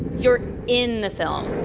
you're in the film.